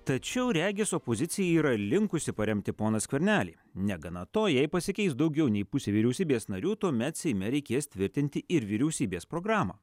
tačiau regis opozicija yra linkusi paremti poną skvernelį negana to jei pasikeis daugiau nei pusė vyriausybės narių tuomet seime reikės tvirtinti ir vyriausybės programą